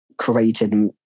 created